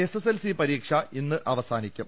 SSLC പരീക്ഷ ഇന്ന് അവസാനിക്കും